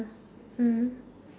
hmm